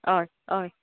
हय हय